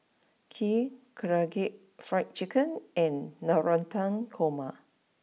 Kheer Karaage Fried Chicken and Navratan Korma